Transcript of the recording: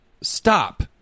stop